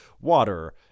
water